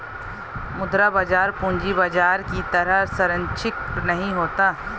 मुद्रा बाजार पूंजी बाजार की तरह सरंचिक नहीं होता